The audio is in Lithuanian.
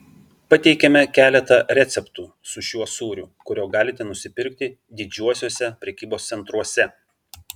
pateikiame keletą receptų su šiuo sūriu kurio galite nusipirkti didžiuosiuose prekybos centruose